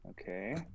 okay